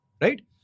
Right